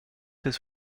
ses